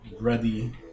ready